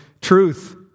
truth